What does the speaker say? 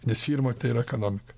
nes firma tai yra ekonomika